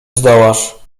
zdołasz